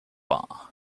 bar